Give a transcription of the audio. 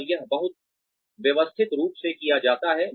और यह बहुत व्यवस्थित रूप से किया जाता है